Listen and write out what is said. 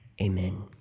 amen